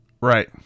Right